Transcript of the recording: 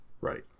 Right